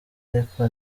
ariko